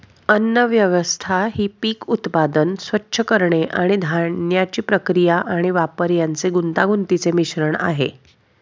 अन्नव्यवस्था ही पीक उत्पादन, स्वच्छ करणे आणि धान्याची प्रक्रिया आणि वापर यांचे गुंतागुंतीचे मिश्रण आहे